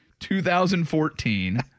2014